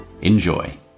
Enjoy